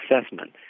assessment